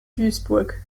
duisburg